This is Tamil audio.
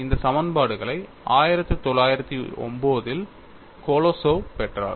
இந்த சமன்பாடுகளை 1909 இல் கொலோசோவ் பெற்றார்